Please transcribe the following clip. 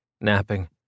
napping